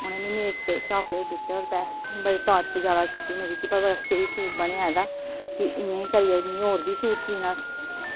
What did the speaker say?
उनैं मिगी नेक च चाकलेट दित्ते और पैस बड़ी तारीफ जैदा कीती मेरी कि बड़ा स्हेई सूट बनेआ एह्दा कि इंया करियै मि और बी सूट सीह्ना